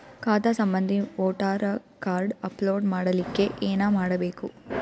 ಖಾತಾ ಸಂಬಂಧಿ voter card upload ಮಾಡಲಿಕ್ಕೆ ಏನ ಮಾಡಬೇಕು?